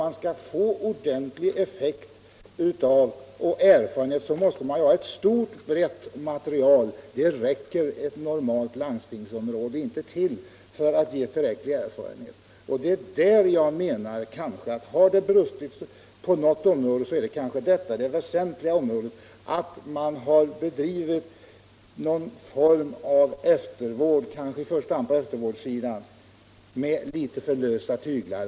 För att få en ordentlig effekt måste man väl först ha ett stort och brett material som grund, men ett normalt landstingsområde räcker inte till för att ge tillräcklig erfarenhet. Jag menar att har det brustit på något område, så är det kanske beroende på att man har bedrivit arbetet på eftervårdssidan med litet för lösa tyglar.